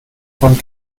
von